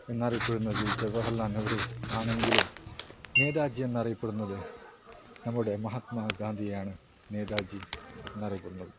എന്നറിയപ്പെടുന്നത് ജവഹർലാൽ നെഹ്റു ആണെങ്കിലും നേതാജി എന്നറിയപ്പെടുന്നത് നമ്മുടെ മഹാത്മാ ഗാന്ധിയാണ് നേതാജി എന്നറിയപ്പെടുന്നത്